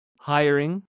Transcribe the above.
hiring